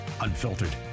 unfiltered